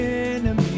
enemy